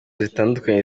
zitandukanye